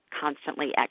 constantly